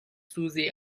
سوزی